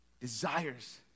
Desires